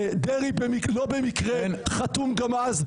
דרעי לא במקרה חתום גם אז.